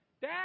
Dad